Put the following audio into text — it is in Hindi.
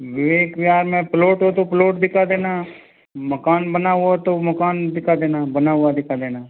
विवेक विहार में प्लोट हो तो प्लोट दिखा देना मकान बना हुआ तो मकान दिखा देना बना हुआ है दिखा देना